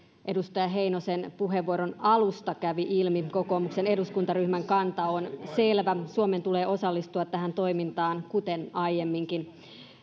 edustaja heinosen puheenvuoron alusta kävi ilmi kokoomuksen eduskuntaryhmän kanta on selvä suomen tulee osallistua tähän toimintaan kuten aiemminkin